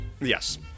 Yes